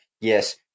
Yes